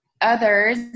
others